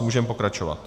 Můžeme pokračovat.